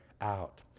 out